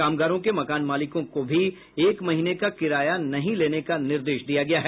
कामगारों के मकान मालिकों को भी एक महीने का किराया नहीं लेने का निर्देश दिया गया है